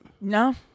No